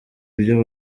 ibyo